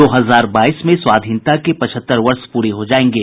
दो हजार बाईस में स्वाधीनता के पचहत्तर वर्ष पूरे हो जायेंगे